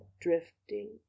drifting